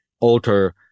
alter